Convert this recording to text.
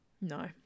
No